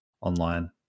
online